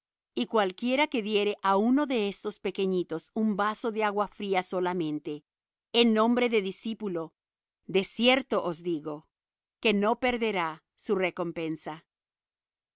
y cualquiera que diere á uno de estos pequeñitos un vaso de agua fría solamente en nombre de discípulo de cierto os digo que no perderá su recompensa